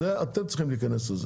אתם צריכים להיכנס לזה